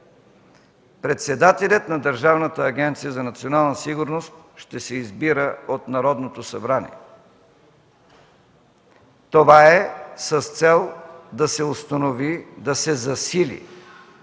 председателят на Държавната агенция „Национална сигурност” ще се избира от Народното събрание. Това е с цел да се засили